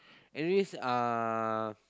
anyways uh